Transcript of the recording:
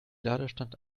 ladestand